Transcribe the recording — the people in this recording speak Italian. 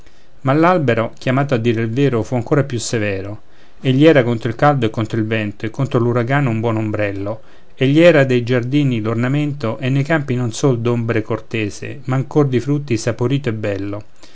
ma l'albero chiamato a dire il vero fu ancora più severo egli era contro il caldo e contro il vento e contro l'uragano un buon ombrello egli era de giardini l'ornamento e nei campi non sol d'ombre cortese ma ancor di frutti saporito e bello